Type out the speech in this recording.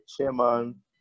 chairman